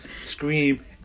scream